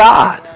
God